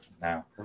now